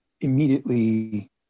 immediately